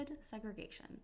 segregation